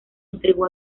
entregó